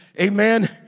Amen